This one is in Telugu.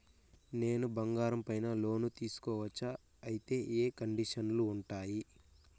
నేను బంగారం పైన లోను తీసుకోవచ్చా? అయితే ఏ కండిషన్లు ఉంటాయి?